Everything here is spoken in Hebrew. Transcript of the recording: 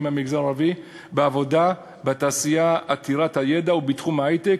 במגזר הערבי בעבודה בתעשייה עתירת הידע בתחום ההיי-טק,